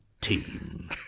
team